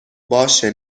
باشه